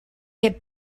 get